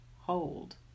Hold